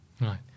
Right